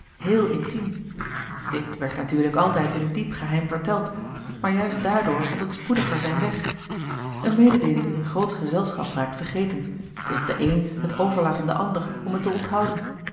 heel intiem dit werd natuurlijk altijd in diep geheim verteld maar juist daardoor vond het spoediger zijn weg eene mededeeling in groot gezelschap raakt vergeten t is of de een het overlaat aan den ander om het te onthouden